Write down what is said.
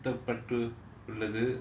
குத்தப்பட்டு உள்ளது:kuthapattu ullathu